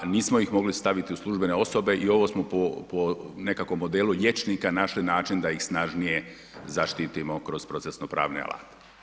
Nismo ih mogli staviti u službene osobe i ovo smo po nekako po modelu liječnika našli način da ih snažnije zaštitimo kroz procesno-pravne alate.